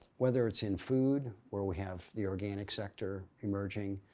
whether it's in food where we have the organic sector emerging,